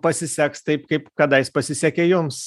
pasiseks taip kaip kadais pasisekė jums